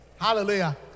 Hallelujah